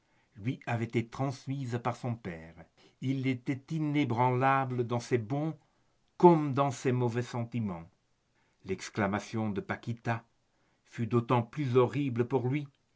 lui avait été transmise par son père il était inébranlable dans ses bons comme dans ses mauvais sentiments l'exclamation de paquita fut d'autant plus horrible pour lui